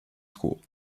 school